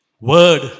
Word